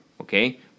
Okay